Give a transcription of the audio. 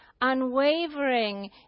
unwavering